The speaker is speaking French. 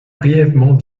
brièvement